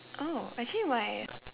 oh actually why